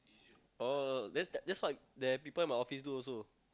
oh that's the that's what the people in my office do also